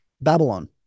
Babylon